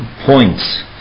points